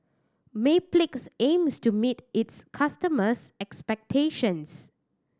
Mepilex aims to meet its customers' expectations